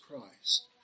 Christ